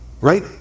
Right